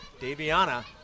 Daviana